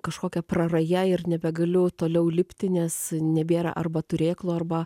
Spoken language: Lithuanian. kažkokia praraja ir nebegaliu toliau lipti nes nebėra arba turėklų arba